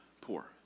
poor